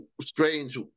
strange